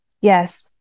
yes